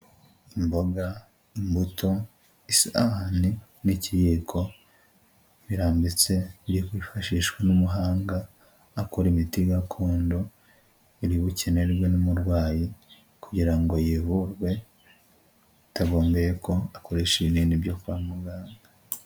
Imboga, imbuto, isahane n'ikiyigo birambitse biri kwifashishwa n'umuhanga akora imiti gakondo iribukenerwe n'umurwayi kugira ngo yivuze bitagombeye ko akoresha ibinini byo kwa muganga.